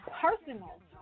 personal